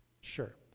Sure